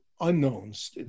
unknowns